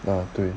啊对